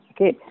Okay